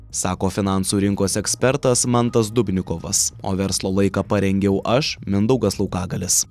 sako finansų rinkos ekspertas mantas dubnikovas o verslo laiką parengiau aš mindaugas laukagalis